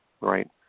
Right